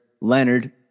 Leonard